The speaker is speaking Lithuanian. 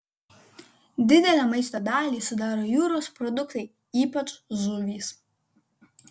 didelę maisto dalį sudaro jūros produktai ypač žuvys